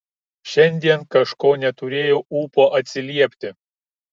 šiandien kažko neturėjau ūpo atsiliepti